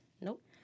Nope